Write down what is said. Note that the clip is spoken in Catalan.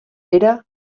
era